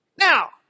Now